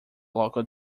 local